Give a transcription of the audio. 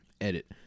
Edit